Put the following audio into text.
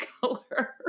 color